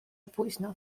późno